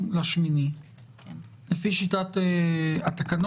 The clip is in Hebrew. צוהריים טובים לכולם, תודה לשבים ולשבות